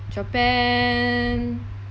japan